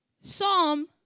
Psalm